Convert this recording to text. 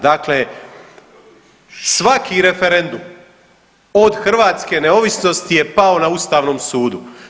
Dakle, svaki referendum od hrvatske neovisnosti je pao na Ustavnom sudu.